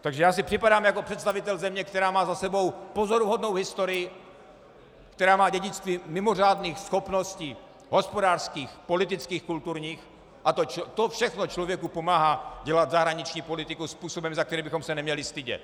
Takže já si připadám jako představitel země, která má za sebou pozoruhodnou historii, která má dědictví mimořádných schopností hospodářských, politických, kulturních, a to všechno člověku pomáhá dělat zahraniční politiku způsobem, za který bychom se neměli stydět.